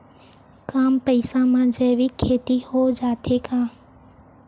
कम पईसा मा जैविक खेती हो जाथे का?